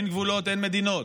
אין גבולות ואין מדינות,